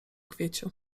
kwieciu